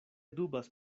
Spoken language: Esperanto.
dubas